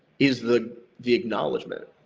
is the the acknowledgment,